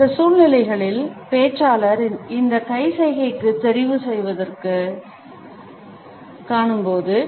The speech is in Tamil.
அந்த சூழ்நிலைகளில் பேச்சாளர் இந்த கை சைகைக்குத் தெரிவுசெய்திருப்பதைக் காணும்போது